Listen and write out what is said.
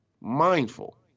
mindful